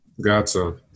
gotcha